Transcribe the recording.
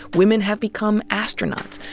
women have become astronauts,